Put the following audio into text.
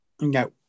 No